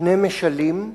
שני משלים,